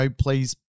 Please